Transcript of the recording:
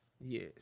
Yes